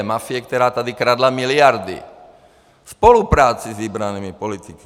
Mafie, která tady kradla miliardy ve spolupráci s vybranými politiky.